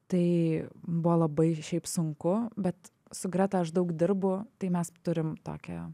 tai buvo labai šiaip sunku bet su greta aš daug dirbu tai mes turim tokią